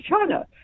China